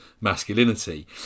masculinity